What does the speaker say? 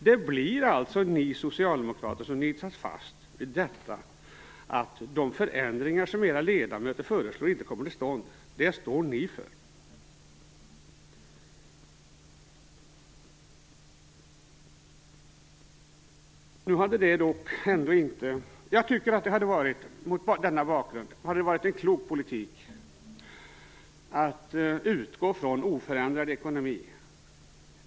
Det blir alltså ni socialdemokrater som nitas fast vid detta, att de förändringar som era ledamöter föreslår inte kommer till stånd - det står ni för. Jag tycker att det mot denna bakgrund hade varit en klok politik att utgå från oförändrad ekonomi.